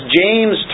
James